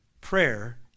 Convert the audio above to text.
Prayer